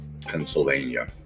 Pennsylvania